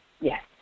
Yes